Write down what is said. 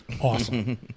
Awesome